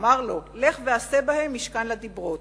אמר לו: 'לך ועשה בהם משכן לדיברות'.